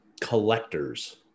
collectors